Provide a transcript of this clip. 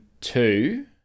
two